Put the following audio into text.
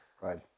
Right